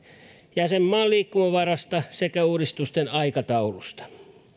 jäsenmaan liikkumavarasta sekä uudistuksen aikataulusta